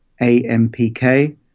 AMPK